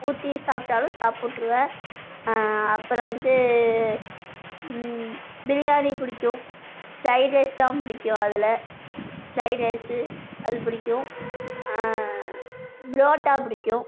ஊற்றி சாப்பிட்டாலும் சாப்பிட்ருவேன் அப்புறம் வந்து பிரியாணி பிடிக்கும் ஃப்ரைட் ரைஸ்தான் பிடிக்கும் அதில் ஃப்ரைட் ரைஸு அது பிடிக்கும் புரோட்டா பிடிக்கும்